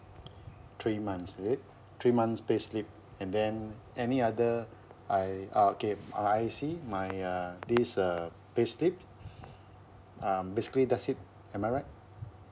three months is it three months payslip and then any other I uh okay uh I_C my err this uh payslip um basically that's it am I right